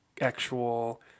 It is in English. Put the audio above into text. actual